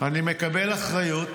"אני מקבל אחריות"